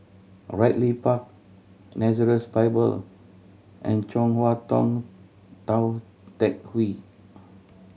Ridley Park Nazareth Bible and Chong Hua Tong Tou Teck Hwee